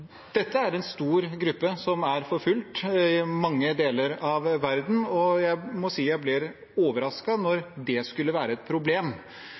Dette er en stor gruppe som er forfulgt i mange deler av verden, og jeg må si jeg ble overrasket når det skulle være et problem.